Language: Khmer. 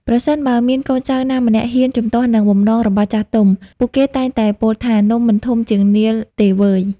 ប្រសិនបើមានកូនចៅណាម្នាក់ហ៊ានជំទាស់នឹងបំណងរបស់ចាស់ទុំ ពួកគេតែងតែពោលថា នំមិនធំជាងនាឡិទេវើយ។